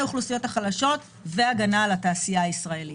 האוכלוסיות החלשות והגנה על התעשייה הישראלית.